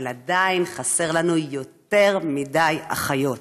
אבל עדיין חסרות לנו יותר מדי אחיות.